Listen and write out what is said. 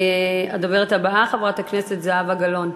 הדוברת הבאה, חברת הכנסת זהבה גלאון.